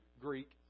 Greek